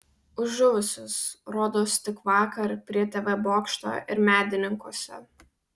už žuvusius rodos tik vakar prie tv bokšto ir medininkuose